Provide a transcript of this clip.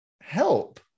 help